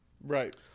right